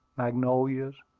magnolias,